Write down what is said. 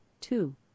two